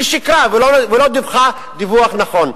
שהיא שיקרה ולא דיווחה דיווח נכון.